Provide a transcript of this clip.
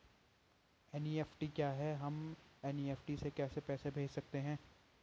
NEFT क्या है हम एन.ई.एफ.टी से कैसे पैसे भेज सकते हैं?